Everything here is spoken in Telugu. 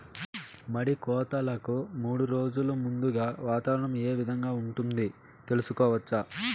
మడి కోతలకు మూడు రోజులు ముందుగా వాతావరణం ఏ విధంగా ఉంటుంది, తెలుసుకోవచ్చా?